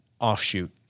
offshoot